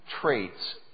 traits